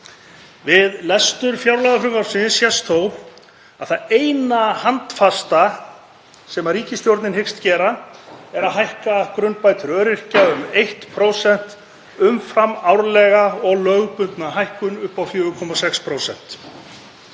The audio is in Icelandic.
Við lestur fjárlagafrumvarpsins sést þó að það eina handfasta sem ríkisstjórnin hyggst gera er að hækka grunnbætur öryrkja um 1% umfram árlega og lögbundna hækkun upp á 4,6%.